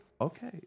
okay